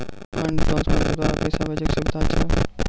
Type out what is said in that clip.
Fund transfer के द्वारा भी पैसा भेजै के सुविधा छै?